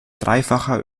dreifacher